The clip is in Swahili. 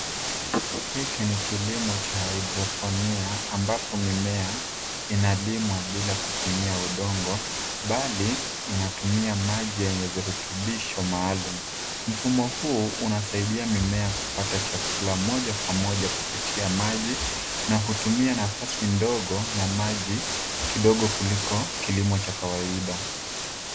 Hiki ni kilimo cha hydroponics ambapo mimea inalimwa bila kutumia udongo, bali inatumia maji yenye virutubisho maalum. Mfumo huu unasaidia mimea kupata chakula moja kwa moja kupitia maji na hutumia nafasi ndogo na maji kidogo kuliko kilimo cha kawaida.